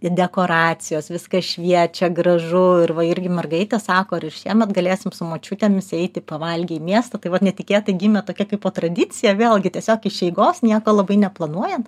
ir dekoracijos viskas šviečia gražu ir va irgi mergaitės sako ar ir šiemet galėsim su močiutėmis eiti pavalgę į miestą tai vat netikėtai gimė tokia kaipo tradicija vėlgi tiesiog iš eigos nieko labai neplanuojant